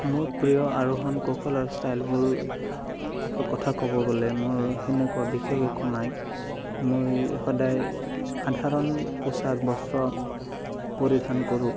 মোৰ প্ৰিয় আৰোহণ কৌশল আৰু ষ্টাইলবোৰ কথা ক'ব গ'লে মোৰ সেনেকুৱা বিশেষ একো নাই মই সদায় সাধাৰণ পোচাক বস্ত্ৰ পৰিধান কৰোঁ